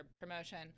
promotion